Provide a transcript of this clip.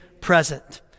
present